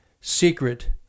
secret